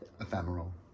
ephemeral